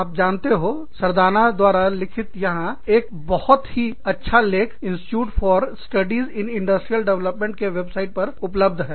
आप जानते होसरदाना द्वारा लिखित यहां एक बहुत ही अच्छा लेख institute for studies in industrial development के वेबसाइट पर उपलब्ध है